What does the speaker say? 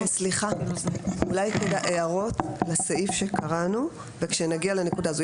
נתמקד בהערות לסעיף שקראנו וכשנגיע לנקודה הזאת,